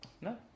No